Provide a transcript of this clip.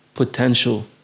potential